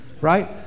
Right